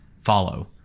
follow